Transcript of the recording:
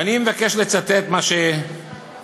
ואני מבקש לצטט מה שאמרתי.